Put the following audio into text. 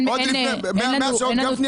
פעם שלישית או רביעית